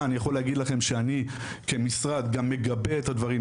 אני יכול להגיד לכם שאני כמשרד גם מגבה את הדברים.